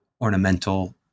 ornamental